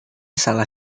salah